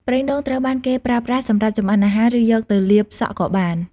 ប្រេងដូងត្រូវបានគេប្រើប្រាស់សម្រាប់ចម្អិនអាហារ ឬយកទៅលាបសក់ក៏បាន។